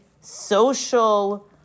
social